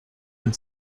and